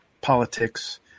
politics